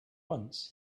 once